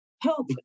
help